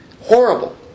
Horrible